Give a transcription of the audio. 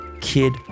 Kid